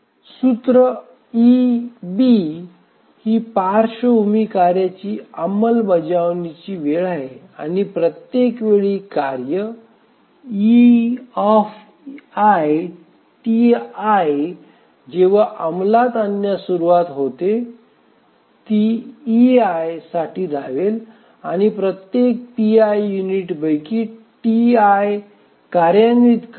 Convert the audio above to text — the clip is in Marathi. सूत्र eB ही पार्श्वभूमी कार्याची अंमलबजावणीची वेळ आहे आणि प्रत्येक वेळी कार्य ei ti जेव्हा अंमलात आणण्यास सुरवात होते ती ei साठी धावेल आणि प्रत्येक pi युनिटपैकी ti कार्यान्वित करेल